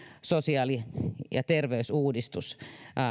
sosiaali ja terveysuudistuksen